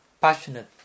passionate